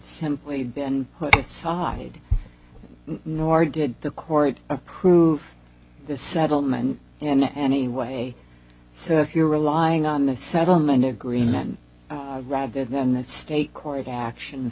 simply sahid nor did the court approve the settlement in any way so if you're relying on the settlement agreement rather than the state court action